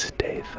ah day,